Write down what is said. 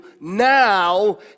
now